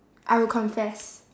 I would confess